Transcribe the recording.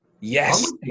Yes